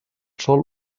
sòl